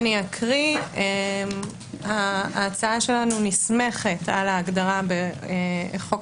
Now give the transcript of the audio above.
אני אקריא ההצעה שלנו נסמכת על ההגדרה בחוק